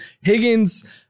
Higgins